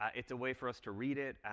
ah it's a way for us to read it.